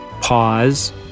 pause